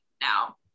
now